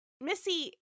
Missy